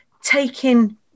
taking